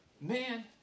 Man